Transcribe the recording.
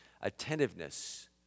attentiveness